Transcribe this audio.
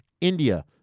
India